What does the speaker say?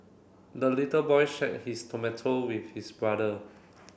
the little boy shared his tomato with his brother